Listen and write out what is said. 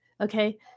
Okay